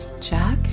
Jack